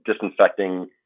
disinfecting